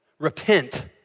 Repent